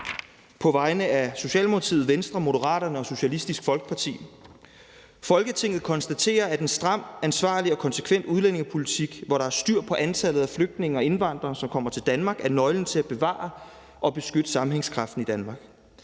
læse et forslag til vedtagelse op: Forslag til vedtagelse »Folketinget konstaterer, at en stram, ansvarlig og konsekvent udlændingepolitik, hvor der er styr på antallet af flygtninge og indvandrere, som kommer til Danmark, er nøglen til at bevare og beskytte sammenhængskraften i Danmark.